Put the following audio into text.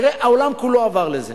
תראה, העולם כולו עבר לזה.